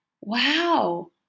wow